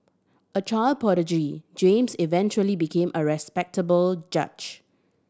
a child prodigy James eventually became a respectable judge